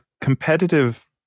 competitive